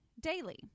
daily